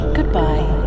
Goodbye